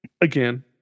again